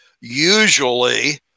usually